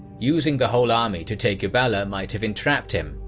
using the whole army to take uballa might have entrapped him,